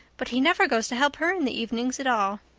but he never goes to help her in the evenings at all.